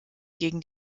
gegen